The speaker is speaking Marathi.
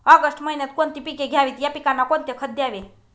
ऑगस्ट महिन्यात कोणती पिके घ्यावीत? या पिकांना कोणते खत द्यावे?